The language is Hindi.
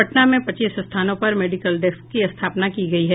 पटना में पच्चीस स्थानों पर मेडिकल डेस्क की स्थापना की गयी है